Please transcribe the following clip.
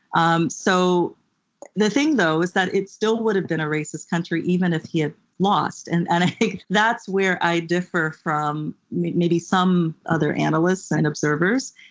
um so the thing, though, is that it still would have been a racist country even if he had lost, and and i think that's where i differ from maybe some other analysts and observers,